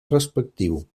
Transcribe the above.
respectiu